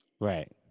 Right